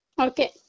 Okay